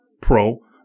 pro